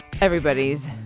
everybody's